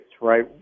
right